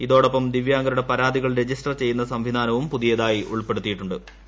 ഇതോടൊപ്പം ദിവ്യാംഗരുടെ പരാതികൾ രജിസ്റ്റർ ചെയ്യുന്ന സംവിധാനവും പുതുതായി ഉൾപ്പെടുത്തിയിട്ടുണ്ട്ട്